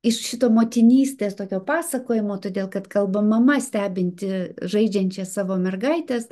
iš šito motinystės tokio pasakojimo todėl kad kalba mama stebinti žaidžiančias savo mergaites